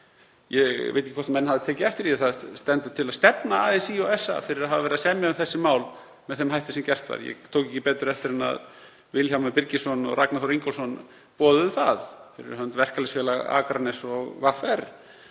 Ég veit ekki hvort menn hafa tekið eftir því að það stendur til að stefna ASÍ og SA fyrir að hafa verið að semja um þessi mál með þeim hætti sem gert var. Ég tók ekki betur eftir en að Vilhjálmur Birgisson og Ragnar Þór Ingólfsson boðuðu það fyrir hönd Verkalýðsfélags Akraness og VR